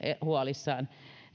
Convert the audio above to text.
huolissaan